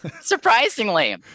Surprisingly